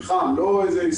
זה פורום נושם,